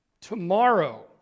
Tomorrow